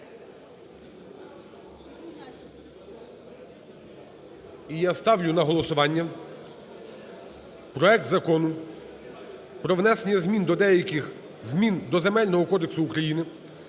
І я ставлю на голосування проект Закону про внесення змін до деяких змін до Земельного кодексу України